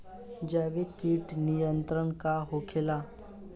जैविक कीट नियंत्रण का होखेला?